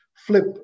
Flip